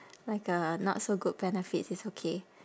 like a not so good benefits it's okay